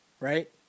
right